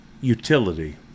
utility